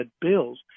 Bills